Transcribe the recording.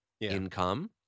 income